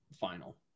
final